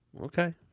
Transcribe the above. Okay